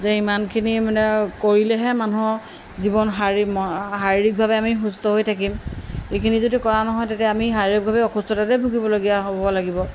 যে ইমানখিনি মানে কৰিলেহে মানুহৰ জীৱন শাৰীৰিক শাৰীৰিকভাৱে আমি সুস্থ হৈ থাকিম এইখিনি যদি কৰা নহয় তেতিয়া আমি শাৰীৰিকভাৱে অসুস্থাতে ভুগিবলগীয়া হ'ব লাগিব